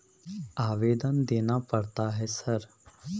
आवेदन देना पड़ता है सर?